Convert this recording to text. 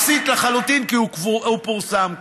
אפסית לחלוטין, כי הוא פורסם כבר.